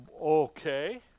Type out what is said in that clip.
Okay